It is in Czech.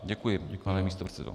Děkuji, pane místopředsedo.